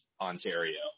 Ontario